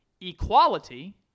Equality